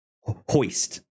Hoist